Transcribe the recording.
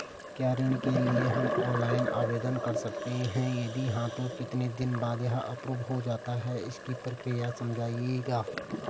क्या ऋण के लिए हम ऑनलाइन आवेदन कर सकते हैं यदि हाँ तो कितने दिन बाद यह एप्रूव हो जाता है इसकी प्रक्रिया समझाइएगा?